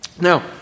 Now